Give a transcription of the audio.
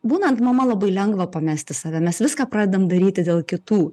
būnant mama labai lengva pamesti save mes viską pradedam daryti dėl kitų